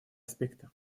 аспекты